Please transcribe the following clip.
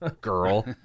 girl